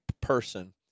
person